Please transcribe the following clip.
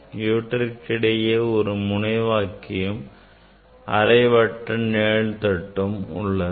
இவற்றுக்கு இடையே ஒரு முனைவாக்கியும் அரைவட்ட நிழல் தட்டும் உள்ளது